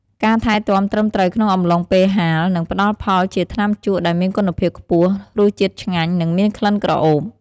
ការថែទាំត្រឹមត្រូវក្នុងអំឡុងពេលហាល នឹងផ្តល់ផលជាថ្នាំជក់ដែលមានគុណភាពខ្ពស់ រសជាតិឆ្ងាញ់ និងមានក្លិនក្រអូប។